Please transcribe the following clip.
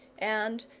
and,